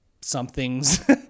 somethings